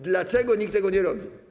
Dlaczego nikt tego nie robi?